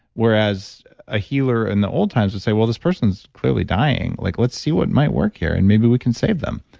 whereas a healer in the old times would say, well, this person is clearly dying. like let's see what might work here, and maybe we can save them.